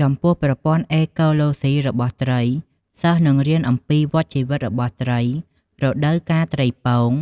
ចំពោះប្រព័ន្ធអេកូឡូសុីរបស់ត្រី សិស្សនឹងរៀនអំពីវដ្តជីវិតរបស់ត្រី រដូវកាលត្រីពង